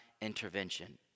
intervention